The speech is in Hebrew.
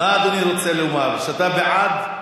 אדוני רוצה לומר, שאתה בעד?